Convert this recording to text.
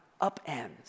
upends